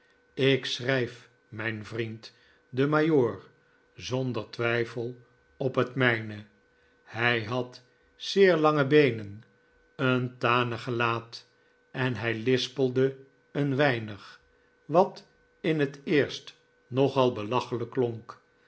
ik schrijf mijn vriend den majoor zonder twijfel op het mijne hij had zeer langebeenen een tanig gelaat en hij lispelde een weinig wat in het eerst nogal belachelijk klonk